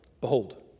Behold